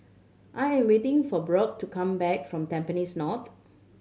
I'm waiting for Brock to come back from Tampines North